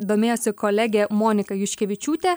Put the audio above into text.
domėjosi kolegė monika juškevičiūtė